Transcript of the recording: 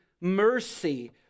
mercy